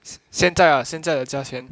现在 ah 现在的价钱